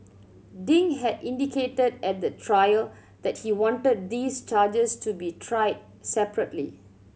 Ding had indicated at the trial that he wanted these charges to be tried separately